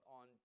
on